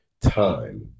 time